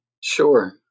Sure